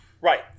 right